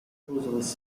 proposals